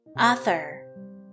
Author